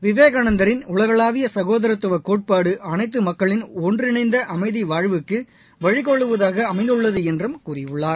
விவேகானந்தின் உலகளாவிய சகோதரத்துவ கோட்பாடு அனைத்து மக்களின் ஒன்றிணைந்த அமைதி வாழ்வுக்கு வழிகோலுவதாக அமைந்துள்ளது என்றும் அவர் கூறியுள்ளார்